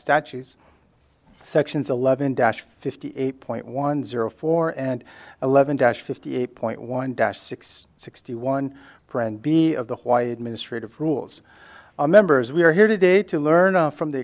statues sections eleven dash fifty eight point one zero four and eleven dash fifty eight point one dash six sixty one for and be of the why administrative rules members we are here today to learn from the